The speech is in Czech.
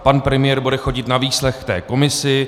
Pan premiér bude chodit na výslech k té komisi.